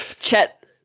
Chet